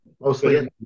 Mostly